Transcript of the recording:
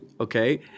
Okay